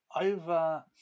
over